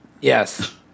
yes